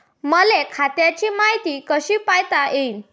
मले खात्याची मायती कशी पायता येईन?